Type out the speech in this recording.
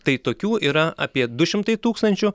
tai tokių yra apie du šimtai tūkstančių